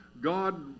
God